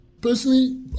Personally